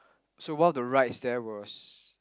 so while the rides there was